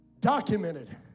documented